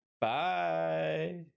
Bye